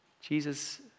Jesus